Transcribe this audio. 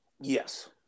Yes